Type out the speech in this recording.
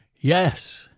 Yes